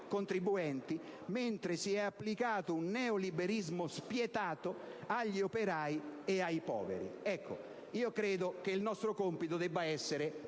contribuenti, mentre si è applicato un neoliberismo spietato agli operai e ai poveri. Io credo che il nostro compito debba essere